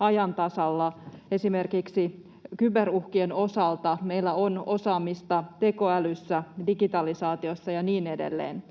ajan tasalla. Esimerkiksi kyberuhkien osalta meillä on osaamista tekoälyssä, digitalisaatiossa ja niin edelleen,